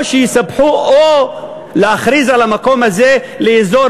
או להכריז על המקום הזה אזור,